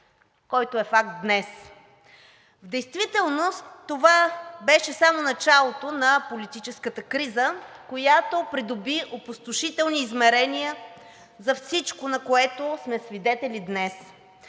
който е факт днес. В действителност това беше само началото на политическата криза, която придоби опустошителни измерения за всичко, на което сме свидетели днес.